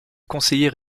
conseillers